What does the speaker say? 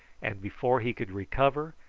and before he could recover,